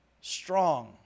Strong